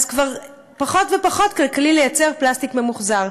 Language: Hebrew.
אז כבר פחות ופחות כלכלי לייצר פלסטיק ממוחזר.